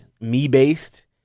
me-based